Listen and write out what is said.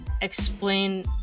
explain